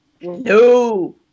No